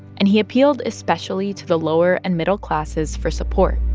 and he appealed especially to the lower and middle classes for support.